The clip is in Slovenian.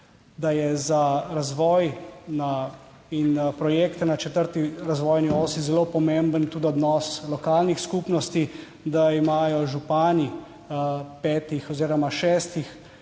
da je za razvoj na in projekte na četrti razvojni osi zelo pomemben tudi odnos lokalnih skupnosti, da imajo župani petih oziroma šestih,